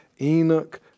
Enoch